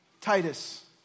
Titus